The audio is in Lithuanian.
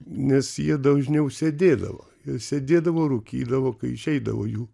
nes jie dažniau sėdėdavo ir sėdėdavo rūkydavo kai išeidavo jų